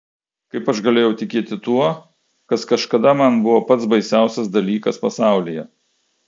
kaip aš galėjau tikėti tuo kas kažkada man buvo pats baisiausias dalykas pasaulyje